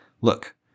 look